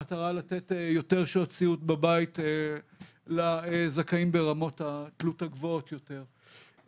במטרה לתת יותר שעות סיעוד בבית לזכאים ברמות התלות הגבוהות יותר.